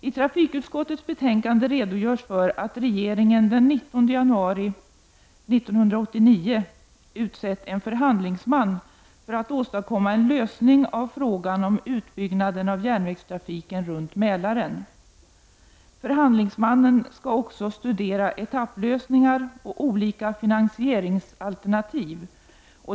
I trafikutskottets betänkande redovisas att regeringen den 19 januari 1990 utsett en förhandlingsman för att åstadkomma en lösning av frågan om utbyggnaden av järnvägstrafiken runt Mälaren. Förhandlingsmannen skall också studera etapplösningar och olika finansieringsalternativ.